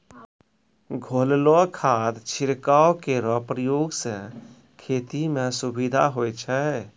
घोललो खाद छिड़काव केरो प्रयोग सें खेती म सुविधा होय छै